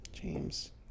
James